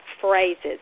phrases